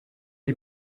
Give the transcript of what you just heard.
die